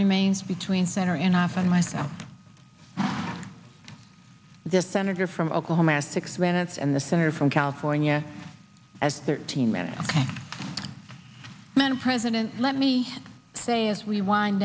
remains between center and i found myself the senator from oklahoma six minutes and the senator from california as thirteen minute man president let me say as we wind